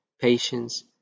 patience